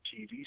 TV